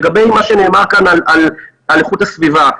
לגבי מה שנאמר כאן על איכות הסביבה.